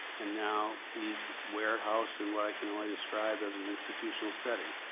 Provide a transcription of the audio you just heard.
and now he's warehoused in what i can only describe as an institutional setting.